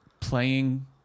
Playing